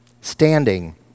standing